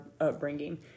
upbringing